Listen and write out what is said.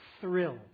thrill